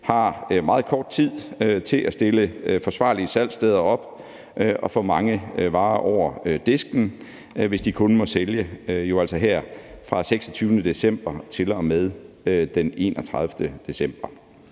har meget kort tid til at stille forsvarlige salgssteder op og få mange varer over disken, hvis de jo altså kun må sælge det fra den 26. december til og med den 31. december.